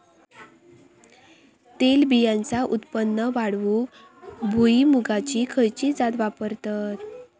तेलबियांचा उत्पन्न वाढवूक भुईमूगाची खयची जात वापरतत?